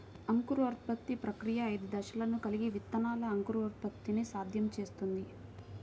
అంకురోత్పత్తి ప్రక్రియ ఐదు దశలను కలిగి విత్తనాల అంకురోత్పత్తిని సాధ్యం చేస్తుంది